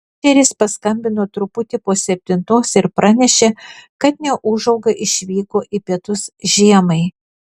reindžeris paskambino truputį po septintos ir pranešė kad neūžauga išvyko į pietus žiemai